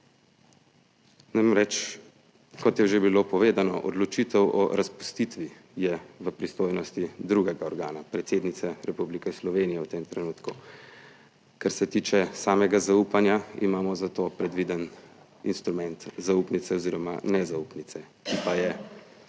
Namreč kot je že bilo povedano, odločitev o razpustitvi je v pristojnosti drugega organa, predsednice Republike Slovenije v tem trenutku. Kar se tiče samega zaupanja, imamo za to predviden instrument zaupnice oziroma nezaupnice, ki pa je že